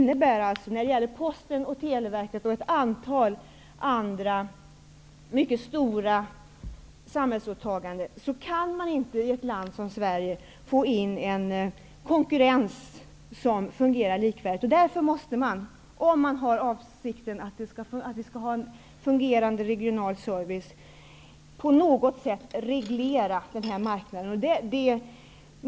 När det gäller Posten, Televerket och ett antal andra mycket stora samhällsåtaganden kan man inte i ett land som Sverige få en likvärdig konkurrens. Om avsikten finns att vi skall ha en fungerande regional service, måste man på något sätt reglera den här marknaden.